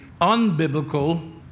unbiblical